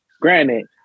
Granted